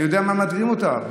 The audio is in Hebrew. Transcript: אני יודע מה מדהים אותה.